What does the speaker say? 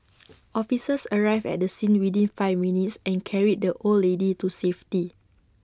officers arrived at the scene within five minutes and carried the old lady to safety